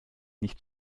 nicht